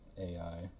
ai